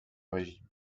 régime